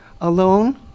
alone